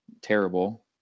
terrible